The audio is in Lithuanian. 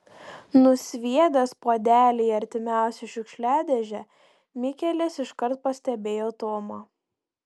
nusviedęs puodelį į artimiausią šiukšliadėžę mikelis iškart pastebėjo tomą